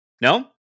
No